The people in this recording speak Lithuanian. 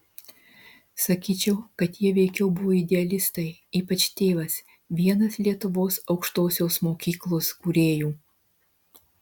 sakyčiau kad jie veikiau buvo idealistai ypač tėvas vienas lietuvos aukštosios mokyklos kūrėjų